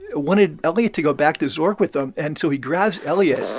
ah wanted elliott to go back to zork with him? and so he grabs elliott.